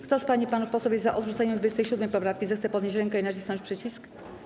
Kto z pań i panów posłów jest za odrzuceniem 27. poprawki, zechce podnieść rękę i nacisnąć przycisk.